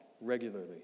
regularly